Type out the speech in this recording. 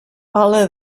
allah